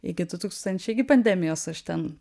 iki du tūkstančiai iki pandemijos aš ten